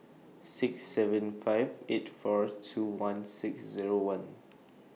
six seven five eight four two one six Zero one